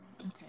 Okay